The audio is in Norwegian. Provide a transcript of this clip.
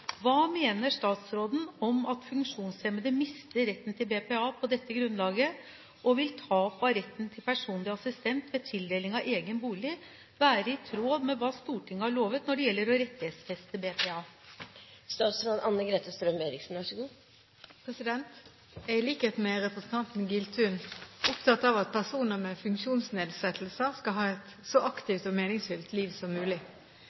Hva mener statsråden om at funksjonshemmede mister retten til BPA på dette grunnlaget, og vil tap av retten til personlig assistent ved tildeling av egen bolig være i tråd med hva Stortinget har lovet når det gjelder å rettighetsfeste BPA?» Jeg er, i likhet med representanten Giltun, opptatt av at personer med funksjonsnedsettelser skal ha et så aktivt og meningsfylt liv som mulig.